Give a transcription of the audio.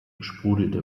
sprudelte